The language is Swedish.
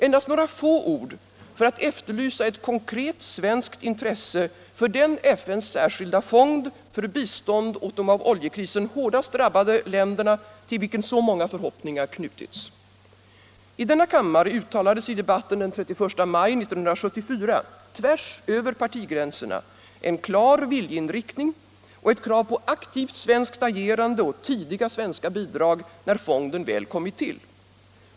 Endast några få ord för att efterlysa ett konkret svenskt intresse för den FN:s särskilda fond för bistånd åt de av oljekrisen hårdast drabbade länderna till vilken så många förhoppningar knutits. I denna kammare uttalades i debatten den 31 maj 1974, tvärsöver partigränserna, en klar viljeinriktning och ett krav på aktivt svenskt agerande och tidiga svenska bidrag när fonden väl kommit till.